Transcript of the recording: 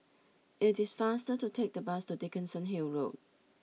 it is faster to take the bus to Dickenson Hill Road